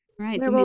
Right